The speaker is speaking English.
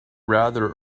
rather